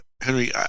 Henry